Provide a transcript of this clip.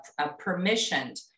permissioned